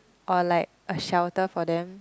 or like a shelter for them